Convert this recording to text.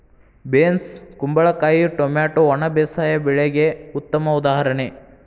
beans ಕುಂಬಳಕಾಯಿ tomato ಒಣ ಬೇಸಾಯ ಬೆಳೆಗೆ ಉತ್ತಮ ಉದಾಹರಣೆ